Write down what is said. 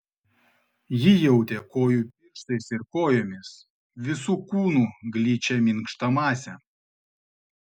ji jautė kojų pirštais ir kojomis visu kūnu gličią minkštą masę